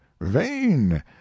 vain